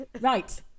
Right